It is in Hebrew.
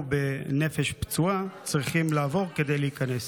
בנפש פצועה צריכים לעבור כדי להיכנס?